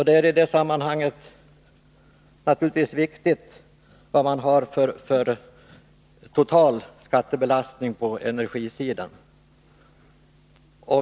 Det är i det sammanhanget naturligtvis viktigt vad man har för total skattebelastning på energisidan.